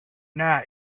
not